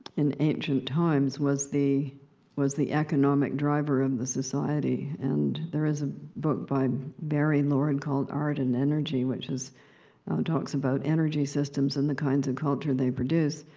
and ancient times, was the was the economic driver of the society, and there is a book by barry lord called art and energy which is talks about energy systems, and the kinds of culture they produce,